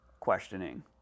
Questioning